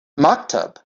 maktub